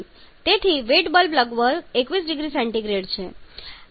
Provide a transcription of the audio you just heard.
તેથી wet bulb લગભગ 21 0C છે